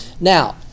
now